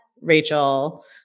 Rachel